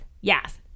Yes